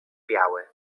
biały